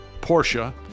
Porsche